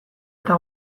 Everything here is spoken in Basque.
eta